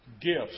gifts